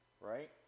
Right